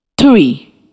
three